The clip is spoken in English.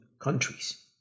countries